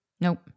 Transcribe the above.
Nope